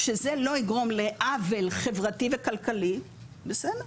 שזה לא יגרום לעוול חברתי וכלכלי, בסדר.